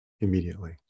immediately